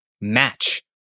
match